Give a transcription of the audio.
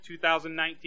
2019